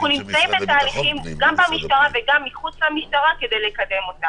אנחנו נמצאים בתהליכים גם במשטרה וגם מחוצה לה כדי לקדמם.